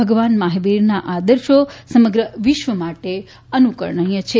ભગવાન મહાવીરના આદર્શો સમગ્ર વિશ્વ માટે અનુકરણીય છે